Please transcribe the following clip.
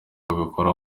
ubikora